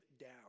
down